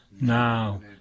now